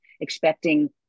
expecting